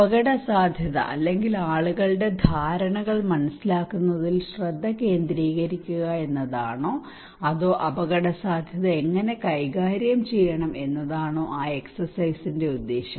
അപകടസാധ്യത അല്ലെങ്കിൽ ആളുകളുടെ ധാരണകൾ മനസ്സിലാക്കുന്നതിൽ ശ്രദ്ധ കേന്ദ്രീകരിക്കുക എന്നതാണോ അതോ അപകടസാധ്യത എങ്ങനെ കൈകാര്യം ചെയ്യണം എന്നതാണോ ആ എക്സെർസൈസിന്റെ ഉദ്ദേശ്യം